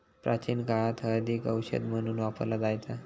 प्राचीन काळात हळदीक औषध म्हणून वापरला जायचा